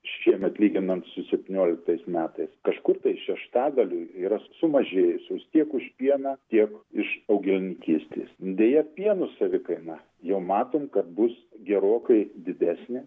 šiemet lyginant su septynioliktais metais kažkur tai šeštadaliui yra sumažėjusios tiek už pieną tiek iš augalininkystės deja pieno savikaina jau matom kad bus gerokai didesnė